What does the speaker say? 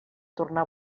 tornar